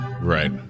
right